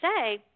say